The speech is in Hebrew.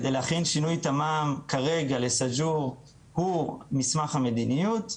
על מנת להכין שינוי תמ"מ כרגע לסאג'ור הוא מסמך המדיניות.